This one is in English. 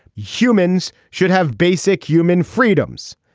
humans should have basic human freedoms.